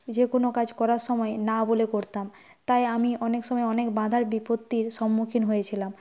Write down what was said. যে কোনও কাজ করার সময় না বলে করতাম তাই আমি অনেক সময় অনেক বাধার বিপত্তির সম্মুখীন হয়েছিলাম